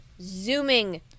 zooming